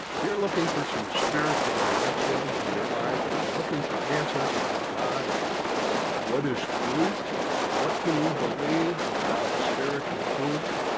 if you're, looking for some spiritual direction in your life if you're looking for answers about god what is truth what can you believe about, spiritual truths